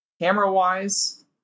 Camera-wise